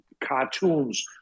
cartoons